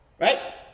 right